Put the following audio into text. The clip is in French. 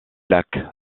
lacs